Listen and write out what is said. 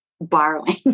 borrowing